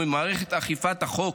וממערכת אכיפת החוק,